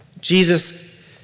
Jesus